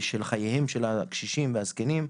בחייהם של הקשישים והזקנים,